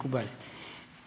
מקובל,